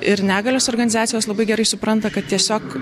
ir negalios organizacijos labai gerai supranta kad tiesiog